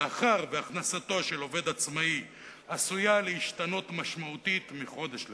מאחר שהכנסתו של עובד עצמאי עשויה להשתנות משמעותית מחודש לחודש,